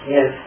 Yes